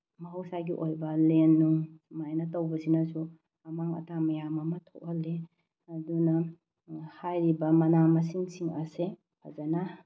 ꯃꯍꯧꯁꯥꯒꯤ ꯑꯣꯏꯕ ꯂꯦꯟ ꯅꯨꯡ ꯁꯨꯃꯥꯏꯅ ꯇꯧꯕꯁꯤꯅꯁꯨ ꯑꯃꯥꯡ ꯑꯇꯥ ꯃꯌꯥꯝ ꯑꯃ ꯊꯣꯛꯍꯜꯂꯤ ꯑꯗꯨꯅ ꯍꯥꯏꯔꯤꯕ ꯃꯅꯥ ꯃꯁꯤꯡ ꯁꯤꯡ ꯑꯁꯦ ꯐꯖꯅ